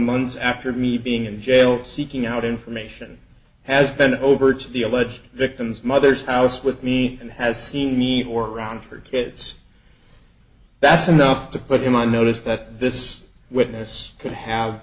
months after me being in jail seeking out information has been over to the alleged victim's mother's house with me and has seen me or around for kids that's enough to put him on notice that this witness could have